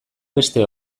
beste